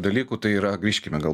dalykų tai yra grįžkime gal